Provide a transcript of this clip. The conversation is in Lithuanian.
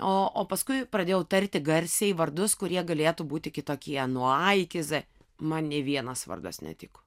o o paskui pradėjau tarti garsiai vardus kurie galėtų būti kitokie nuo a iki z man ne vienas vardas netiko